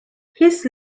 his